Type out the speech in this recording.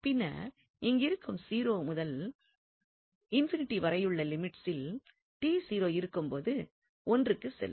பின்னர் இங்கிருக்கும் 0 முதல் வரையுள்ள லிமிட்ஸில் இருக்கும் போது 1 க்கு செல்லும்